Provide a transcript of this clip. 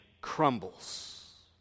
crumbles